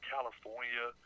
California